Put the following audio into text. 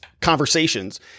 conversations